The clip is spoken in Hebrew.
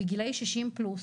בגילאי 60 פלוס.